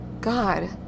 God